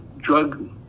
drug